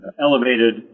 elevated